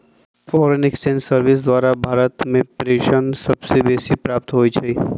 foreign exchange service द्वारा भारत में प्रेषण सबसे बेसी प्राप्त होई छै